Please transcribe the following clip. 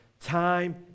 Time